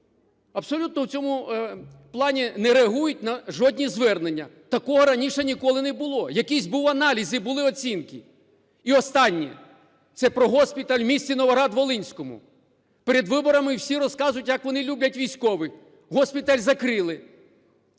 абсолютно в цьому плані не реагують на жодні звернення, такого раніше ніколи не було, якийсь був аналіз і були оцінки. І останнє. Це про госпіталь в місті Новоград-Волинському. Перед виборами всі розказують, як вони люблять військових. Госпіталь закрили,